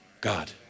God